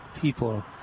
people